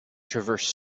transverse